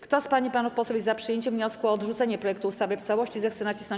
Kto z pań i panów posłów jest za przyjęciem wniosku o odrzucenie projektu ustawy w całości, zechce nacisnąć